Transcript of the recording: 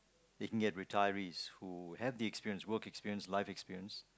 they can get retirees who have the experience work experience life experience